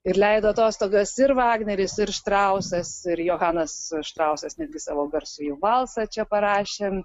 ir leido atostogas ir vagneris ir štrausas ir johanas štrausas netgi savo garsųjį valsą čia parašė